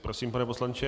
Prosím, pane poslanče.